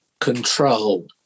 control